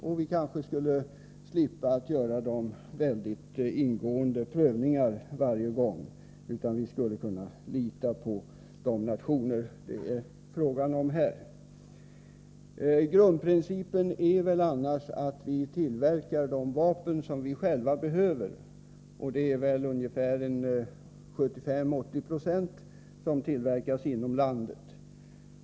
Vi skulle kanske slippa att varje gång göra de mycket ingående prövningar som nu sker, eftersom vi skulle kunna lita på de nationer som det är fråga om. Grundprincipen för vårt lands politik är att vi tillverkar de vapen som vi själva behöver, och ungefär 75-80 96 av dessa vapen tillverkas inom landet.